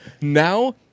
now